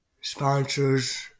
sponsors